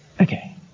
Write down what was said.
okay